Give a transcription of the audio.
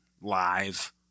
live